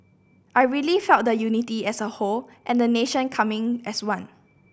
I really felt the unity as a whole and the nation coming as one